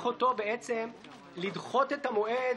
אתה רואה?